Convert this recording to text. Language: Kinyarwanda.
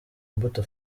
imbuto